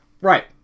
Right